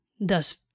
thus